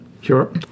Sure